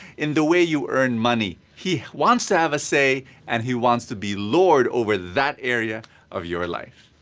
in the way you earn money. he wants to have a say and he wants to be lord over that area of your life.